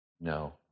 No